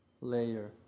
layer